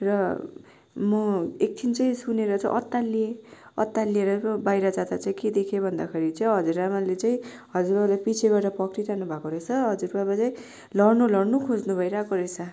र म एकछिन चाहिँ सुनेर चाहिँ अत्तालिएँ अत्तालिएर बाहिर जाँदा चाहिँ के देखेँ भन्दाखेरि चाहिँ हजुरआमाले चाहिँ हजुरबाबालाई पिच्छेबाट पक्रिरहनु भएको रहेछ हजुरबाबाले लड्नु लड्नु खोज्नुभइरहेको रहेछ